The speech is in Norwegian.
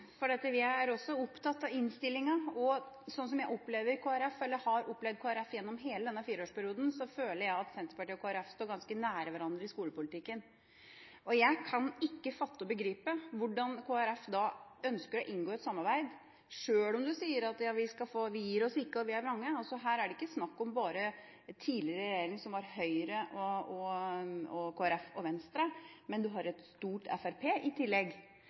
Jeg skal også følge opp akkurat det samme, for vi er også opptatt av innstillinga. Slik som jeg opplever Kristelig Folkeparti – eller har opplevd Kristelig Folkeparti gjennom hele denne fireårsperioden – føler jeg at Senterpartiet og Kristelig Folkeparti står ganske nær hverandre i skolepolitikken. Jeg kan ikke fatte og begripe hvordan Kristelig Folkeparti ønsker å inngå et samarbeid – sjøl om du sier at vi gir oss ikke og vi er vrange. Her er det ikke snakk om, som tidligere, en regjering med bare Høyre, Kristelig Folkeparti og Venstre, men du har et stort Fremskrittspartiet i tillegg.